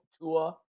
Tua